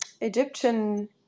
Egyptian